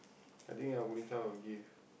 I think I Amrita will give